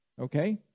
okay